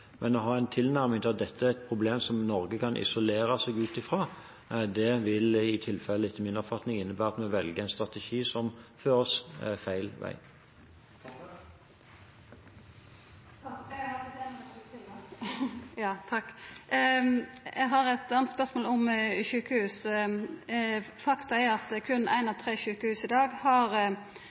Å ha den tilnærmingen at dette er et problem som Norge kan isolere seg fra, vil i tilfelle etter min oppfatning innebære at vi velger en strategi som fører oss feil vei. Eg har eit anna spørsmål om sjukehus. Faktum er at berre eitt av tre sjukehus i dag har